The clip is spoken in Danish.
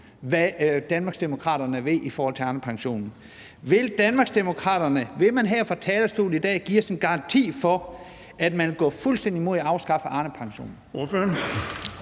hvad Danmarksdemokraterne vil i forhold til Arnepensionen. Vil Danmarksdemokraterne her fra talerstolen i dag give os en garanti for, at man vil gå fuldstændig imod at afskaffe Arnepensionen?